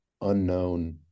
unknown